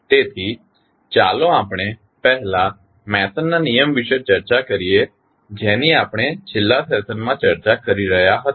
તેથી ચાલો આપણે પહેલા મેસનના નિયમ વિશે ચર્ચા કરીએ જેની આપણે છેલ્લા સેશનમાં ચર્ચા કરી રહ્યા હતા